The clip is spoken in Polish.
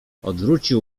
odwrócił